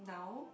now